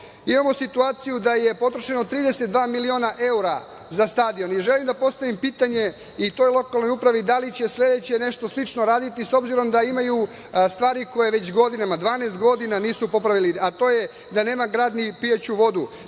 imamo situaciju da je potrošeno 32 miliona evra za stadion. Želim da postavim pitanje i toj lokalnoj upravi – da li će sledeće nešto slično raditi s obzirom da imaju stvari koje već godinama, 12 godina, nisu popravili, a to je da nema grad ni pijaću vodu,